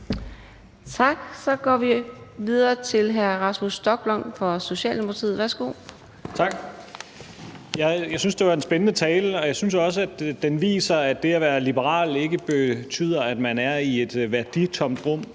Tak. Så går vi videre til hr. Rasmus Stoklund fra Socialdemokratiet. Værsgo. Kl. 15:31 Rasmus Stoklund (S): Tak. Jeg synes, det var en spændende tale, og jeg synes også, at den viser, at det at være liberal ikke betyder, at man er i et værditomt rum,